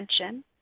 Attention